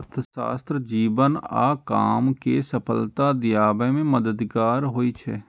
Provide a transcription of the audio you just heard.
अर्थशास्त्र जीवन आ काम कें सफलता दियाबे मे मददगार होइ छै